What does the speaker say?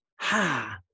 ha